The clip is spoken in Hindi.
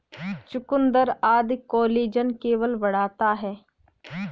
चुकुन्दर आदि कोलेजन लेवल बढ़ाता है